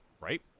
right